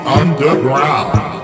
underground